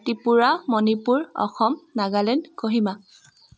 Tripura Manipur Assam Nagaland Kohima